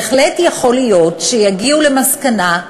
בהחלט יכול להיות שיגיעו למסקנה,